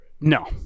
No